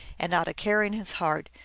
and not a care in his heart,